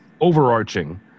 overarching